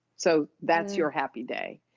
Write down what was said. so that's your happy day.